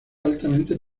altamente